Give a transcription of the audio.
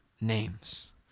names